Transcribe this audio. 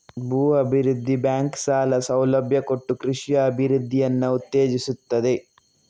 ಭೂ ಅಭಿವೃದ್ಧಿ ಬ್ಯಾಂಕು ಸಾಲ ಸೌಲಭ್ಯ ಕೊಟ್ಟು ಕೃಷಿಯ ಅಭಿವೃದ್ಧಿಯನ್ನ ಉತ್ತೇಜಿಸ್ತದೆ